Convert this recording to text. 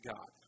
God